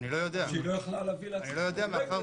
או שהיא לא יכלה להביא --- אני לא יודע מאחר